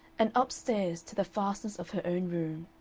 and up-stairs to the fastness of her own room.